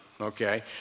okay